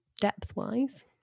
depth-wise